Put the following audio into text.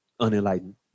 Unenlightened